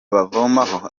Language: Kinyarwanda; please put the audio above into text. bavomaho